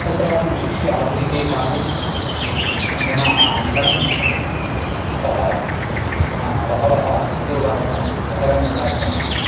तत्रापि विशिष्य आधुनिके काले जनाः नगरम् इच्छन्ति अतः बहवः उद्योगार्थं नगरं गतास्सन्ति